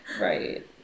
Right